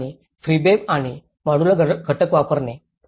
आणि प्रीफेब आणि मॉड्यूलर घटक वापरणे